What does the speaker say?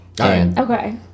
Okay